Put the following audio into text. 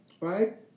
right